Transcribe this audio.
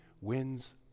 wins